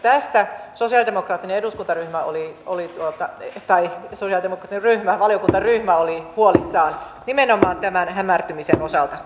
tästä sosialidemokraattien eduskuntaryhmä oli oli tuhota tai isoja emu työryhmä sosialidemokraattinen valiokuntaryhmä oli huolissaan nimenomaan tämän hämärtymisen osalta